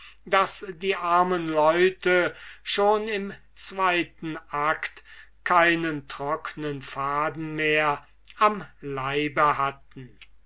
daß die armen leute schon im zweiten act keinen trocknen faden mehr am leibe hatten